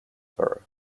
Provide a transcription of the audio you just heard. borough